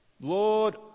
Lord